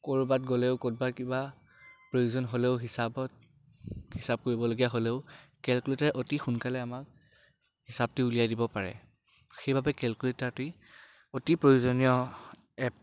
ক'ৰবাত গ'লেও ক'ৰবাত কিবা প্ৰয়োজন হ'লেও হিচাপত হিচাপ কৰিবলগীয়া হ'লেও কেলকুলেটাৰে অতি সোনকালে আমাক হিচাপটো উলিয়াই দিব পাৰে সেইবাবে কেলকুলেটাৰটি এতি প্ৰয়োজনীয় এপ